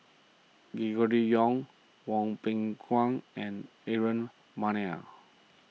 Gregory Yong Hwang Peng Kuan and Aaron Maniam